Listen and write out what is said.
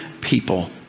people